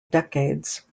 decades